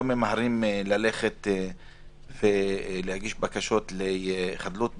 ממהרים ללכת ולהגיש בקשות לחדלות פירעון,